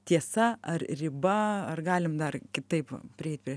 tiesa ar riba ar galim dar kitaip prieit prie